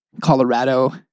Colorado